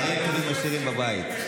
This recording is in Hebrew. דברים טובים משאירים בבית.